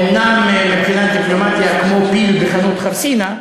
אומנם מבחינת דיפלומטיה, כמו פיל בחנות חרסינה.